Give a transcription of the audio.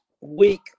week